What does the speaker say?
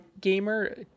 gamer